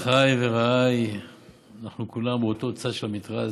אחיי ורעיי, אנחנו כולם באותו צד של המתרס.